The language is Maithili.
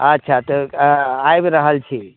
अच्छा तऽ आबि रहल छी